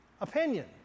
opinion